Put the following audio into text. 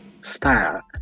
style